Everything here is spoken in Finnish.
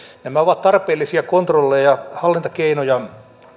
nämä ovat tarpeellisia kontrolleja hallintakeinoja